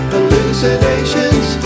Hallucinations